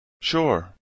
Sure